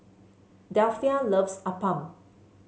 Delphia loves appam